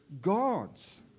God's